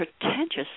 pretentious